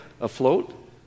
afloat